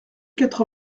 quatre